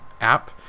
app